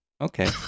Okay